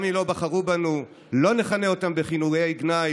גם אם לא בחרו בנו לא נכנה אותם בכינויי גנאי,